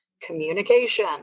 communication